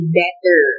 better